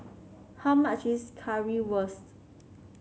how much is Currywurst